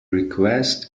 request